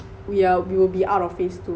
we are we will be out of phase two